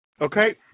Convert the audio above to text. okay